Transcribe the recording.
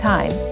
Time